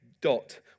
dot